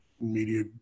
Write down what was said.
media